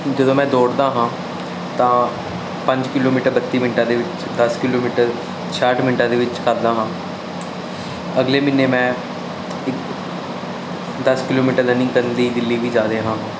ਜਦੋਂ ਮੈਂ ਦੌੜਦਾ ਹਾਂ ਤਾਂ ਪੰਜ ਕਿਲੋਮੀਟਰ ਬੱਤੀ ਮਿੰਟਾਂ ਦੇ ਵਿੱਚ ਦਸ ਕਿਲੋਮੀਟਰ ਛਿਆਹਠ ਮਿੰਟਾਂ ਦੇ ਵਿੱਚ ਕਰਦਾ ਹਾਂ ਅਗਲੇ ਮਹੀਨੇ ਮੈਂ ਦਸ ਕਿਲੋਮੀਟਰ ਰਨਿੰਗ ਕਰਨ ਲਈ ਦਿੱਲੀ ਵੀ ਜਾ ਰਿਹਾ ਹਾਂ